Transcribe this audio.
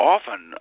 often